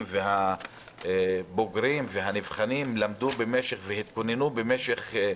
והם למדו והתכוננו לזה במשך חודשים...